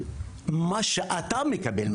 מה שאתה מקבל,